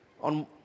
On